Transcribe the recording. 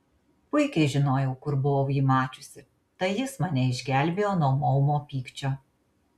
puikiai žinojau kur buvau jį mačiusi tai jis mane išgelbėjo nuo maumo pykčio